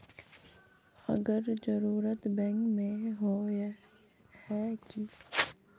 अगर जरूरत बैंक में होय है की?